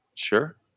Sure